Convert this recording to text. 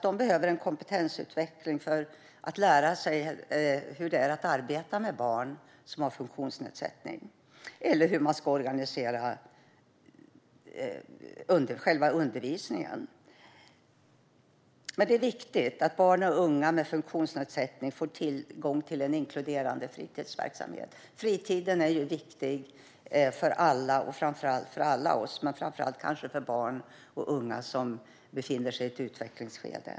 De behöver en kompetensutveckling för att lära sig hur det är att arbeta med barn som har funktionsnedsättning eller hur de ska organisera själva undervisningen. Det är viktigt att barn och unga med en funktionsnedsättning får tillgång till en inkluderande fritidsverksamhet. Fritiden är viktig för oss alla men kanske framför allt för barn och unga som befinner sig i ett utvecklingsskede.